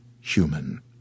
human